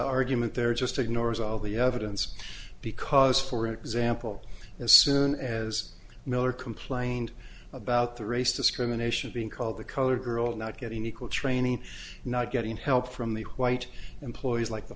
argument there just ignores all the evidence because for example as soon as miller complained about the race discrimination being called the colored girl not getting equal training not getting help from the white employees like the